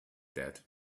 that